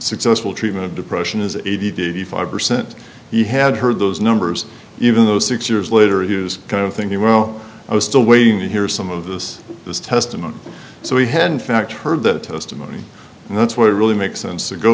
successful treatment of depression is eighty to eighty five percent he had heard those numbers even though six years later he was kind of thinking well i was still waiting to hear some of this this testimony so we had in fact heard that testimony and that's what really makes sense to go